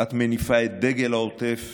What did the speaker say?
את מניפה את דגל העוטף